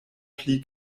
pli